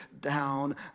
down